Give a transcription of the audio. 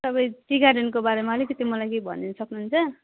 तपाईँ टी गार्डनको बारेमा अलिकति मलाई केही भनिदिनु सक्नुहुन्छ